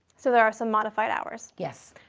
so there are some modified hours. yes.